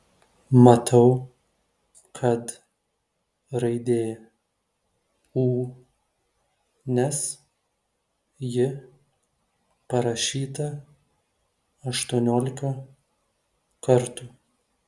matau kad raidė ū nes ji parašyta aštuoniolika kartų